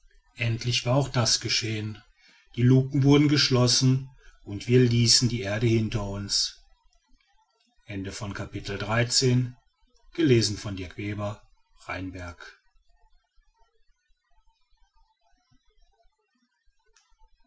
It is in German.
endlich war auch das geschehen die luken wurden geschlossen und wir ließen die erde hinter uns